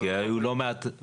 כי היו לא מעט.